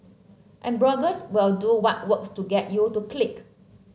and bloggers will do what works to get you to click